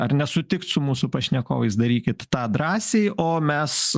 ar nesutikt su mūsų pašnekovais darykit tą drąsiai o mes